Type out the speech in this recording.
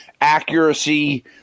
accuracy